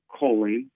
choline